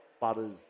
Butters